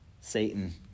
Satan